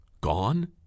gone